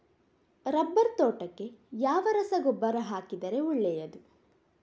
Rubber ತೋಟಕ್ಕೆ ಯಾವ ರಸಗೊಬ್ಬರ ಹಾಕಿದರೆ ಒಳ್ಳೆಯದು?